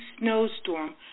snowstorm